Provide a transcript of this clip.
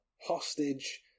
hostage